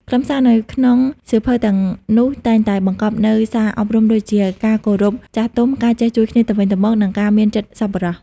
ខ្លឹមសារនៅក្នុងសៀវភៅទាំងនោះតែងតែបង្កប់នូវសារអប់រំដូចជា ការគោរពចាស់ទុំ ការចេះជួយគ្នាទៅវិញទៅមក និងការមានចិត្តសប្បុរស។